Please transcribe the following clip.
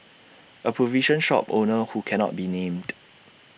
A provision shop owner who cannot be named